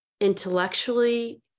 intellectually